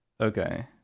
Okay